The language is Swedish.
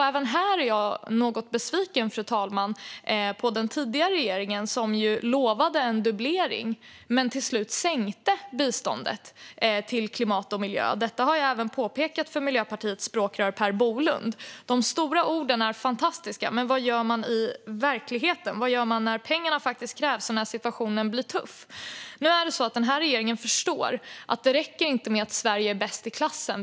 Även här är jag något besviken, fru talman, på den tidigare regeringen, som ju lovade en dubblering men till slut sänkte biståndet till klimat och miljö. Detta har jag även påpekat för Miljöpartiets språkrör Per Bolund. De stora orden är fantastiska, men vad gör man i verkligheten? Vad gör man när pengarna faktiskt krävs och när situationen blir tuff? Den här regeringen förstår att det inte räcker med att Sverige är bäst i klassen.